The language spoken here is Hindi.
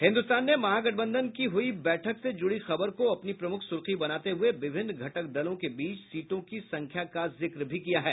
हिन्दुस्तान ने महागठबंधन की हुई बैठक से जुड़ी खबर को अपनी प्रमुख सुर्खी बनाते हुए विभिन्न घटक दलों के बीच सीटों की संख्या का भी जिक्र किया है